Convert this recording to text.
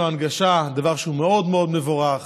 לו הנגשה זה דבר שהוא מאוד מאוד מבורך.